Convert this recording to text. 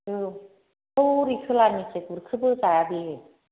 औ हौवरै खोलानिफ्राय गुरखो बोजाया बि